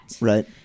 right